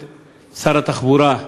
את שר התחבורה.